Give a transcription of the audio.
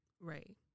right